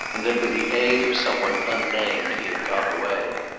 and that with the aid of some one unnamed he had got away.